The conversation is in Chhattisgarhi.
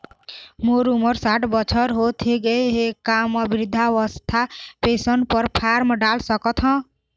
मोर उमर साठ बछर होथे गए हे का म वृद्धावस्था पेंशन पर फार्म डाल सकत हंव?